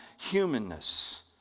humanness